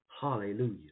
Hallelujah